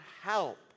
help